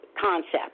Concept